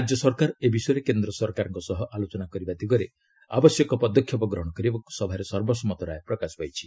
ରାଜ୍ୟ ସରକାର ଏ ବିଷୟରେ କେନ୍ଦ୍ର ସରକାରଙ୍କ ସହ ଆଲୋଚନା କରିବା ଦିଗରେ ଆବଶ୍ୟକ ପଦକ୍ଷେପ ଗ୍ରହଣ କରିବାକୃ ସଭାରେ ସର୍ବସମ୍ମତ ରାୟ ପ୍ରକାଶ ପାଇଛି